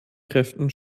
kräften